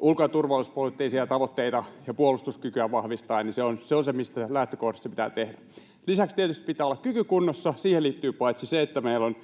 ulko‑ ja turvallisuuspoliittisia tavoitteita ja puolustuskykyä vahvistaen. Se on se, mistä lähtökohdista se pitää tehdä. Lisäksi tietysti pitää olla kyky kunnossa. Siihen liittyy paitsi se, että meillä on